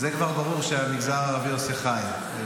-- זה כבר ברור שהמגזר הערבי עושה חיל.